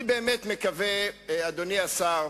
אני באמת מקווה, אדוני השר,